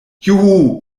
juhu